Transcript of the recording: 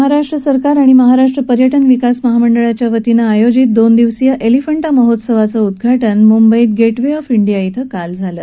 महाराष्ट्र सरकार आणि महाराष्ट्र पर्य न विकास महामंडळाच्या वतीनं आयॊजीत दोन दिवसीय एलिफन् ा महोत्सवाचं उदघा न मुंबईत ग व ऑफ इंडिया इथं काल झालं